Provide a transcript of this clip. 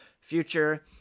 future